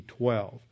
12